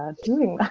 ah doing that,